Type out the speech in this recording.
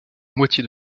moitié